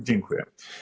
Dziękuję.